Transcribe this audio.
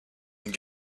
been